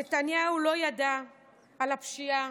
נתניהו לא ידע על הפשיעה,